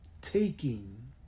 taking